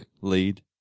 lead